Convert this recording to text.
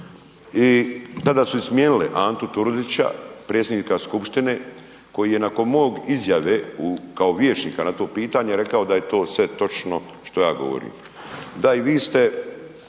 i tada su i smjenile Antu Turudića, predsjednika skupštine koji je nakon mog izjave u, kao vijećnika na to pitanje rekao da je to sve točno šta ja govorim.